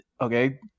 Okay